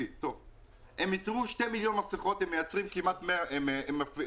הם ייצרו 2 מיליון מסכות עם כ-100 עובדים.